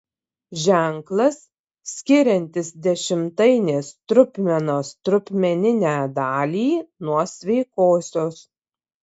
ženklas skiriantis dešimtainės trupmenos trupmeninę dalį nuo sveikosios